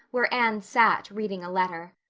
where anne sat, reading a letter,